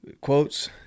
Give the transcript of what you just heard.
quotes